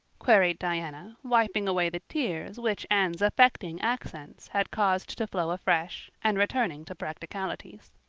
queried diana, wiping away the tears which anne's affecting accents had caused to flow afresh, and returning to practicalities.